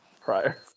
prior